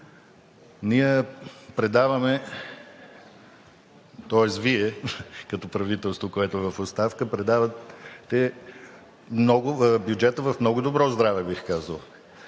ние предаваме, тоест Вие като правителство в оставка, предавате бюджета в много добро здраве бих казал.